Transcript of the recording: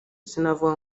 sinavuga